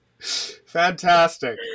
fantastic